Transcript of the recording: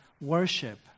worship